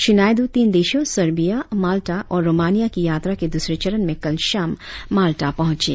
श्री नायडू तीन देशों Serbia Malta और रोमानिया की यात्रा के द्रसरे चरण में कल शाम माल्टा पहुंचे